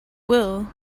will